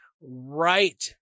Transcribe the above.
right